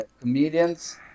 comedians